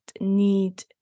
need